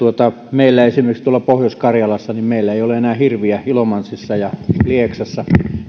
meillä tuolla pohjois karjalassa ei ole enää hirviä ilomantsissa ja lieksassa